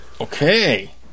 Okay